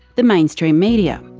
the mainstream media.